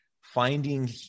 finding